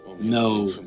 No